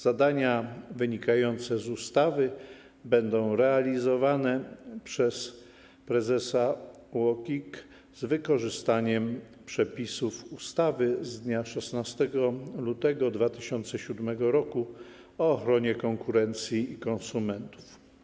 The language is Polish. Zadania wynikające z ustawy będą realizowane przez prezesa UOKiK z wykorzystaniem przepisów ustawy z dnia 16 lutego 2007 r. o ochronie konkurencji i konsumentów.